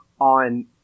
on